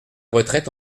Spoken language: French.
retraite